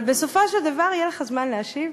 אבל בסופו של דבר, יהיה לך זמן להשיב,